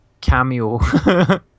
cameo